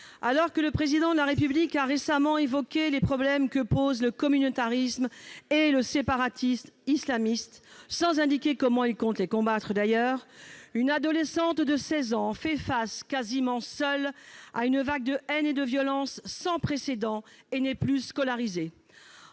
alors que le Président de la République a récemment évoqué les problèmes que posent le communautarisme et le séparatisme islamistes, sans indiquer comment il compte les combattre, une adolescente de 16 ans fait face, quasiment seule, à une vague de haine et de violence sans précédent et n'est plus scolarisée.